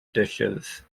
dishes